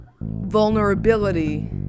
vulnerability